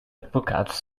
advocats